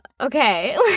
Okay